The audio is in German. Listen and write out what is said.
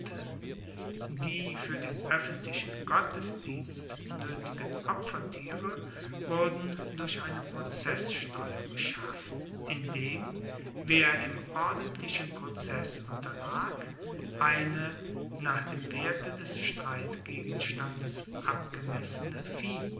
die fuer den oeffentlichen gottesdienst noetigen opfertiere wurden durch eine prozesssteuer beschafft indem wer im ordentlichen prozess unterlag eine nach dem werte des streitgegenstandes abgemessene